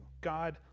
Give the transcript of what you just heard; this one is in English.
God